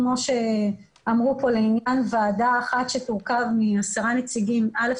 כמו שאמרו פה על ועדה אחת שתורכב מעשרה נציגים א',